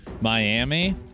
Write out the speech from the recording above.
Miami